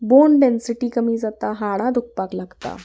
bone density कमी जाता हाडां दुखपाक लागता